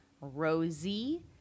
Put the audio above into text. rosie